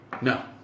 No